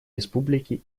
республики